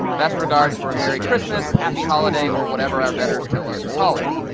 best regards for a merry christmas, happy holiday, or whatever our betters tell us to call it.